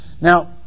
now